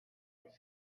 its